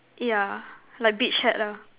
yeah like beach hat lah